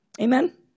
Amen